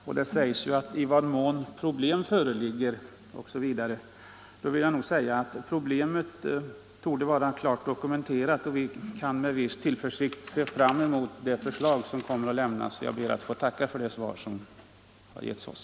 I svaret används uttrycket ”i vad mån problem föreligger”. Problemet torde vara klart dokumenterat, och vi kan därför med viss tillförsikt se fram emot det förslag som kommer att framläggas.